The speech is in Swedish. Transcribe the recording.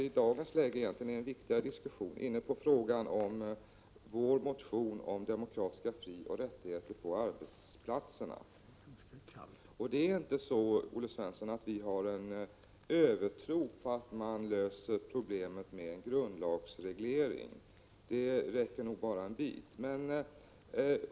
Olle Svensson var också inne på vår motion om demokratiska frioch rättigheter på arbetsplatserna, vilket kanske är viktigare i dag. Det är inte så, Olle Svensson, att vi har en övertro på att man löser problemet genom en grundlagsreglering. Det räcker nog bara en bit.